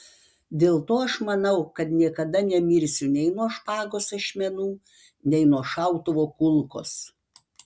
dėl to aš manau kad niekada nemirsiu nei nuo špagos ašmenų nei nuo šautuvo kulkos